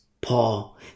Paul